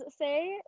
say